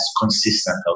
consistent